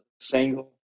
single